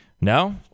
No